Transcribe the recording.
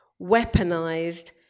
weaponized